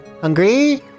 Hungry